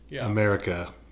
America